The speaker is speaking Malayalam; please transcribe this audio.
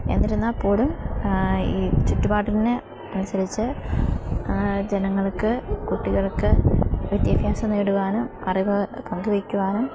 എന്നിരുന്നാൽപ്പോലും ഈ ചുറ്റുപാടിനെ അനുസരിച്ച് ജനങ്ങൾക്ക് കുട്ടികൾക്ക് വിദ്യാഭ്യാസം നേടുവാനും അറിവ് പങ്ക് വെയ്ക്കുവാനും